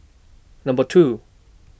Number two